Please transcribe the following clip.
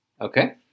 Okay